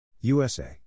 USA